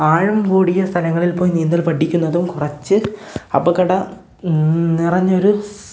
ആഴം കൂടിയ സലങ്ങളിൽ പോയി നീന്തൽ പഠിക്കുന്നതും കുറച്ച് അപകടം നിറഞ്ഞൊരു